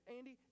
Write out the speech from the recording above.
Andy